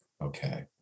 Okay